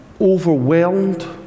overwhelmed